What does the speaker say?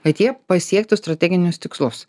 kad jie pasiektų strateginius tikslus